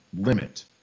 limit